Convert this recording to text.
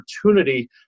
opportunity